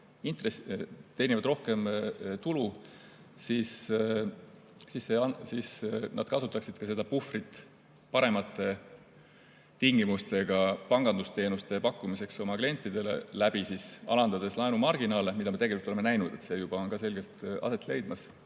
teenivad rohkem tulu, siis nad kasutaksid seda puhvrit ka paremate tingimustega pangandusteenuste pakkumiseks oma klientidele, alandades laenumarginaale. Seda me tegelikult olemegi näinud, see juba on selgelt aset leidmas.